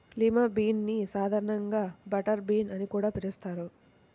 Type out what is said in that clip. lima bean ని సాధారణంగా butter bean అని కూడా పిలుస్తారు